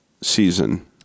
season